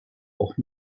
auch